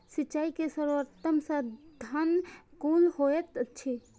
सिंचाई के सर्वोत्तम साधन कुन होएत अछि?